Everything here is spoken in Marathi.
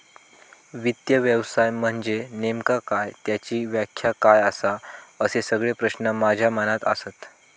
वित्त व्यवसाय म्हनजे नेमका काय? त्याची व्याख्या काय आसा? असे सगळे प्रश्न माझ्या मनात आसत